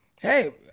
hey